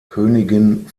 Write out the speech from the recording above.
königin